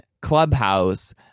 clubhouse